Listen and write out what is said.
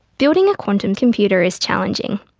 building a quantum computer is challenging.